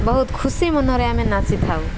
ବହୁତ ଖୁସି ମନରେ ଆମେ ନାଚିଥାଉ